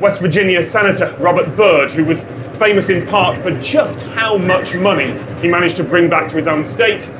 west virginia senator robert byrd, who was famous in part for just how much money he managed to bring back to his own state,